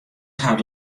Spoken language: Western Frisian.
hat